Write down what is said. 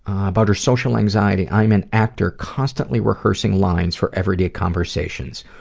about her social anxiety, i am an actor constantly rehearsing lines for everyday conversations.